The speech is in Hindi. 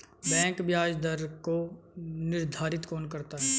बैंक ब्याज दर को निर्धारित कौन करता है?